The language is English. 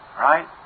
Right